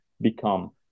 become